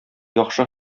яхшы